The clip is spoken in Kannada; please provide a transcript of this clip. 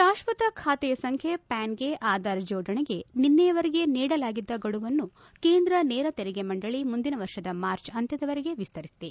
ಶಾಶ್ವತ ಖಾತೆ ಸಂಖ್ಯೆ ಪ್ಯಾನ್ಗೆ ಆಧಾರ್ ಜೋಡಣೆಗೆ ನಿನ್ನೆವರೆಗೆ ನೀಡಲಾಗಿದ್ದ ಗಡುವನ್ನು ಕೇಂದ್ರ ನೇರ ತೆರಿಗೆ ಮಂಡಳಿ ಮುಂದಿನ ವರ್ಷದ ಮಾರ್ಚ್ ಅಂತ್ಲದವರೆಗೆ ವಿಸ್ತರಿಸಿದೆ